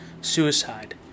suicide